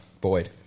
Boyd